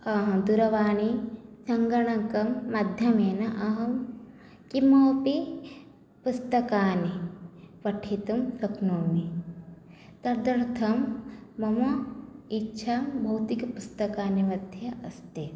दूरवाणि सङ्गणकमाध्यमेन अहं किमपि पुस्तकानि पठितुं शक्नोमि तदर्थं मम इच्छा भौतिकपुस्तकानिमध्ये अस्ति